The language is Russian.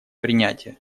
принятие